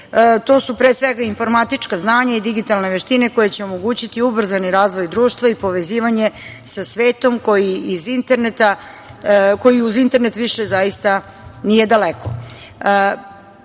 to su pre svega informatička znanja i digitalne veštine koje će omogućiti ubrzani razvoj društva i povezivanje sa svetom koji uz internet više zaista nije daleko.